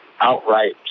outright